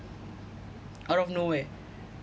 out of nowhere